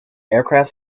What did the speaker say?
aircraft